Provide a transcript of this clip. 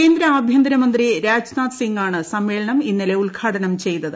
കേന്ദ്ര ആഭ്യന്തര മന്ത്രി രാജ്നാഥ് സിംഗാണ് സമ്മേളനം ഇന്നലെ ഉദ്ഘാടനം ചെയ്തത്